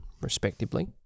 respectively